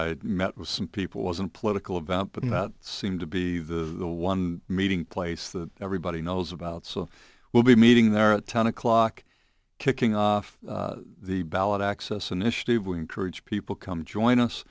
with some people wasn't political event but that seemed to be the one meeting place that everybody knows about so we'll be meeting there at ten o'clock kicking off the ballot access initiative we encourage people come join us